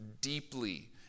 deeply